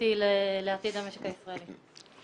קריטי לעתיד המשק הישראלי.